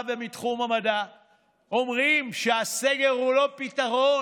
ומתחום המדע אומרים שהסגר הוא לא פתרון.